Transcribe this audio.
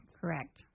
Correct